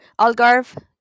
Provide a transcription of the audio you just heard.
Algarve